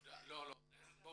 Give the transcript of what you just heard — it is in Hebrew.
תשמעו.